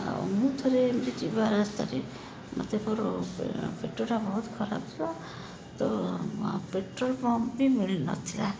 ଆଉ ମୁଁ ଥରେ ଏମିତି ଯିବା ରାସ୍ତାରେ ମୋତେ ମୋର ପେଟଟା ବହୁତ ଖରାପ ଥିଲା ତ ପେଟ୍ରୋଲ୍ ପମ୍ପ ବି ମିଳି ନଥିଲା